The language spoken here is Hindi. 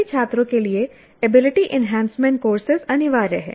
सभी छात्रों के लिए एबिलिटी एनहैंसमेंट कोर्सेज अनिवार्य हैं